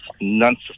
nonsense